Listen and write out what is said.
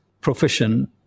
profession